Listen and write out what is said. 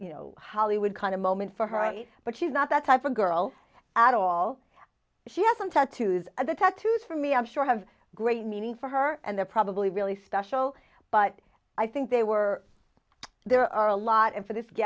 you know how they would kind of moment for her but she's not that type of girl at all she has some tattoos and the tattoos for me i'm sure have great meaning for her and they're probably really special but i think they were there are a lot of for this g